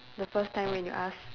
the first time when you ask